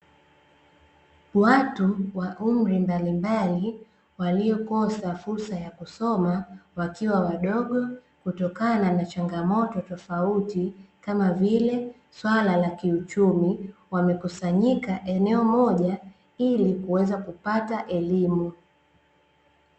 Watu wa umri mbalimbali waliokosa fursa ya kusoma wakiwa wadogo, kutokanana na changamoto tofauti kama vile, swala la kiuchumi; wamekusanyika eneo moja, ili kuweza kupata elimu.